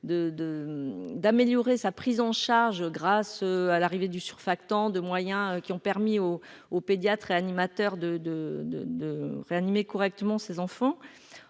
d'améliorer sa prise en charge grâce à l'arrivée du surfacture de moyens qui ont permis au au pédiatre et animateur de, de, de, de réanimer correctement ses enfants,